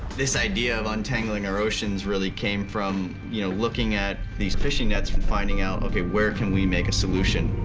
this idea of untangling our oceans really came from you know looking at these fishing nets for finding out. okay, where can we make a solution?